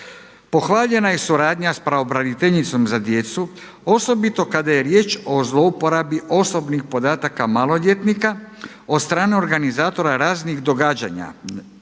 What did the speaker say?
Pohvaljena je suradnja s pravobraniteljicom za djecu, osobito kada je riječ o zlouporabi osobnih podataka maloljetnika od strane organizatora raznih događanja,